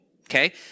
okay